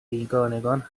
بیگانگان